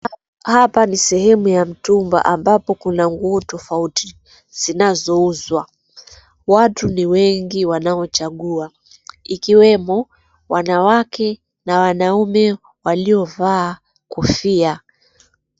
Hapa ni sehemu ya mtumba, ambapo kuna nguo tofauti zinazouzwa. Watu ni wengi wanaochagua, ikiwemo wanawake na wanaume waliovaa kofia.